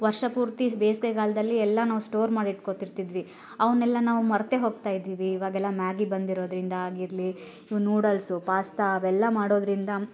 ವರ್ಷಪೂರ್ತಿ ಬೇಸ್ಗೆಗಾಲದಲ್ಲಿ ಎಲ್ಲ ನಾವು ಸ್ಟೋರ್ ಮಾಡಿ ಇಟ್ಕೋತಿರ್ತಿದ್ವಿ ಅವುನ್ನೆಲ್ಲ ನಾವು ಮರ್ತೆ ಹೋಗ್ತಾಯಿದ್ದೀವಿ ಇವಾಗೆಲ್ಲ ಮ್ಯಾಗಿ ಬಂದಿರೋದರಿಂದ ಆಗಿರಲಿ ನೂಡಲ್ಸು ಪಾಸ್ತಾ ಅವೆಲ್ಲ ಮಾಡೋದರಿಂದ